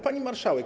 Pani Marszałek!